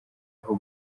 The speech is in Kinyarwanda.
aho